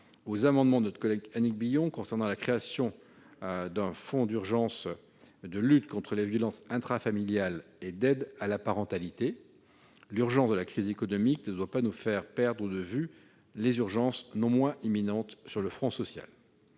aux amendements de notre collègue Annick Billon, concernant la création de fonds d'urgence de lutte contre les violences intrafamiliales et d'aide à la parentalité. L'urgence de la crise économique ne doit pas nous faire perdre de vue les urgences non moins imminentes sur le front social.